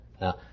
Now